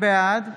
בעד